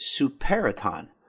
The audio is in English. Superaton